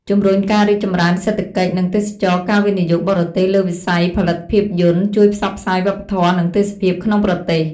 ជំរុញការរីកចម្រើនសេដ្ឋកិច្ច និងទេសចរណ៍ការវិនិយោគបរទេសលើវិស័យផលិតភាពយន្តជួយផ្សព្វផ្សាយវប្បធម៌ និងទេសភាពក្នុងប្រទេស។